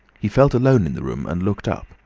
he felt alone in the room and looked up,